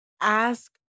ask